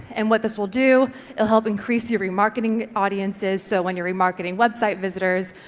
and what this will do will help increase your remarketing audiences so when your remarketing website visitors,